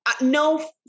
no